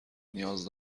نیاز